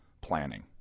planning